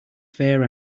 fair